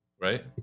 right